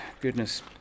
goodness